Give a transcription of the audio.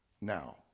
now